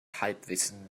halbwissen